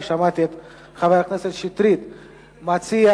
שמעתי את חבר הכנסת שטרית מציע,